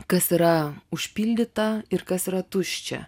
kas yra užpildyta ir kas yra tuščia